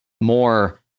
more